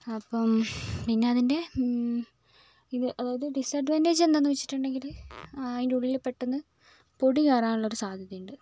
അപ്പം പിന്നെ അതിന്റെ ഇത് അതായത് ഡിസ്അഡ്വാൻറ്റേജ് എന്താന്ന് വെച്ചിട്ടുണ്ടെങ്കിൽ അതിന്റെ ഉള്ളിൽ പെട്ടെന്ന് പൊടി കയറാനുള്ള ഒരു സാധ്യതയുണ്ട്